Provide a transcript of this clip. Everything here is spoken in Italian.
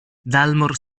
dalmor